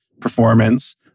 performance